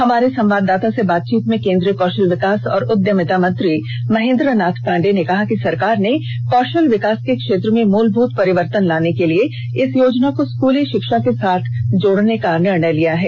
हमारे संवाददाता से बातचीत में केन्द्रीय कौशल विकास और उद्यमिता मंत्री महेन्द्र नाथ पांडेय ने कहा कि सरकार ने कौशल विकास के क्षेत्र में मूलभूत परिवर्तन लाने के लिए इस योजना को स्कूली शिक्षा के साथ जोडने का निर्णय लिया है